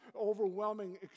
overwhelming